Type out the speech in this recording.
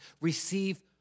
receive